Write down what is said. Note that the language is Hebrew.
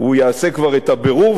הוא יעשה כבר את הבירור,